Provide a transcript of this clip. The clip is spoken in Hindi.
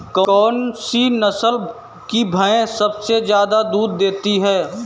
कौन सी नस्ल की भैंस सबसे ज्यादा दूध देती है?